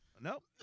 Nope